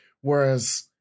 whereas